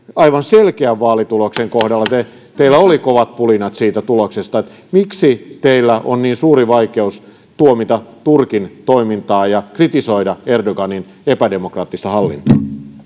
aivan selkeästä vaalituloksesta teillä oli kovat pulinat miksi teillä on niin suuri vaikeus tuomita turkin toimintaa ja kritisoida erdoganin epädemokraattista hallintoa